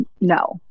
No